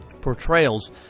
portrayals